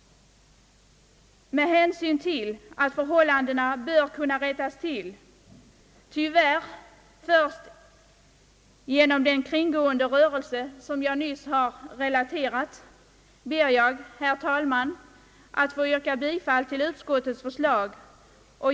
Med hänsyn till att dessa förhållanden bör kunna rättas till — tyvärr först genom den kringgående rörelse som jag nyss har beskrivit — ber jag, herr talman, att få yrka bifall till utskottets förslag.